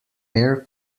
air